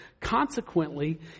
Consequently